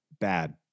Bad